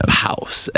house